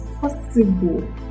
possible